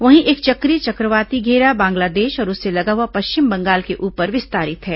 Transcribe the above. वहीं एक चक्रीय चक्रवाती घेरा बांग्लादेश और उससे लगा हुआ पश्चिम बंगाल के ऊपर विस्तारित है